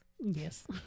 Yes